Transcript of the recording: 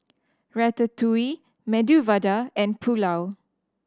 Ratatouille Medu Vada and Pulao